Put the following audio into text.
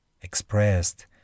expressed